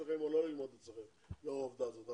אצלכם או לא ללמוד אצלכם לאור העובדה הזאת,